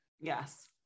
Yes